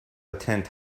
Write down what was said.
attend